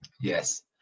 yes